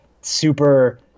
super